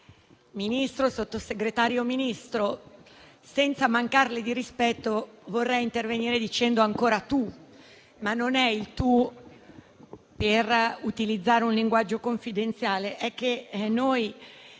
Presidente, Sottosegretario, Ministro, senza mancarle di rispetto vorrei intervenire dicendo «ancora tu», ma non è il «tu» per utilizzare un linguaggio confidenziale, è che noi